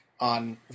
on